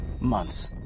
Months